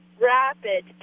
rapid